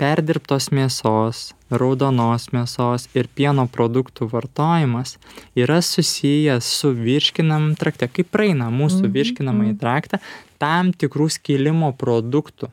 perdirbtos mėsos raudonos mėsos ir pieno produktų vartojimas yra susijęs su virškinam trakte kai praeina mūsų virškinamąjį traktą tam tikrų skilimo produktų